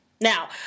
Now